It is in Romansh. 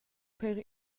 per